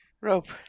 Rope